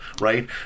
right